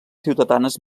ciutadanes